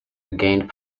regained